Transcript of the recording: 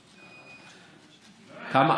כמה?